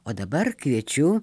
o dabar kviečiu